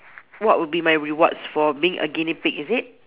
what would be my rewards for being a guinea pig is it